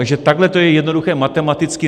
Takže takhle to je jednoduché matematicky.